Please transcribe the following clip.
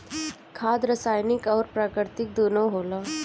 खाद रासायनिक अउर प्राकृतिक दूनो होला